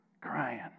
crying